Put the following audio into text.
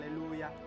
hallelujah